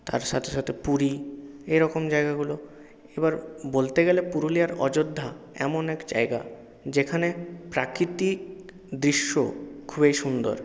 তার সাথে সাথে পুরী এরকম জায়গাগুলো এবার বলতে গেলে পুরুলিয়ার অযোধ্যা এমন এক জায়গা যেখানে প্রাকৃতিক দৃশ্য খুবই সুন্দর